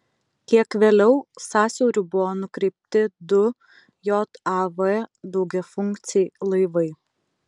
kiek vėliau sąsiauriu buvo nukreipti du jav daugiafunkciai laivai